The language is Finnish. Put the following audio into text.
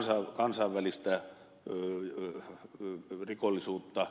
se on kansainvälistä rikollisuutta